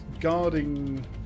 guarding